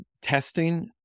testing